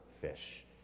fish